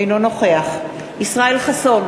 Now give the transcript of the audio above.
אינו נוכח ישראל חסון,